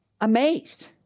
amazed